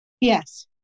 Yes